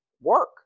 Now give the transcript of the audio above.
work